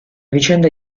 vicenda